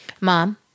Mom